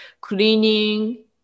cleaning